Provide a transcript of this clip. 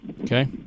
Okay